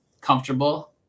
comfortable